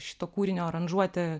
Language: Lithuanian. šito kūrinio aranžuotė